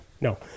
No